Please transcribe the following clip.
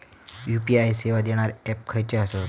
UPI सेवा देणारे app खयचे आसत?